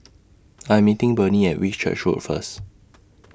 I Am meeting Burney At Whitchurch Road First